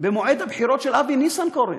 במועד הבחירות של אבי ניסנקורן,